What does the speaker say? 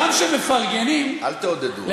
כמה זמן, שגם כשהם מפרגנים, אל תעודדו אותו.